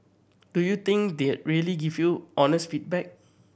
do you think they'd really give you honest feedback